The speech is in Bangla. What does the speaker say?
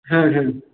হ্যাঁ হ্যাঁ